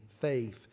faith